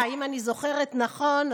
אם אני זוכרת נכון,